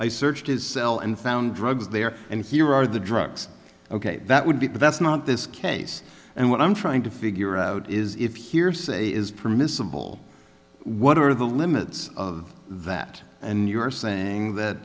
i searched his cell and found drugs there and here are the drugs ok that would be but that's not this case and what i'm trying to figure out is if hearsay is permissible what are the limits of that and you're saying that